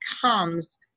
comes